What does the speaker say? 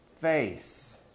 face